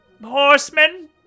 Horsemen